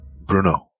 Bruno